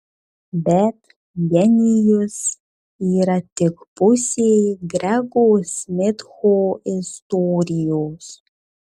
bet genijus yra tik pusė grego smitho istorijos